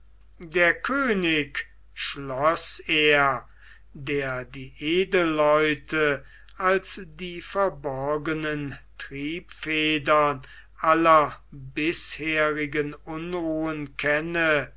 der könig schloß er der die edelleute als die verborgenen triebfedern aller bisherigen unruhen kenne